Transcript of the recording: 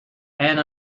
and